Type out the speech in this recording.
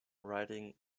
riding